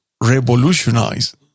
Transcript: revolutionize